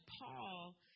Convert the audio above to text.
Paul